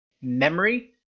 memory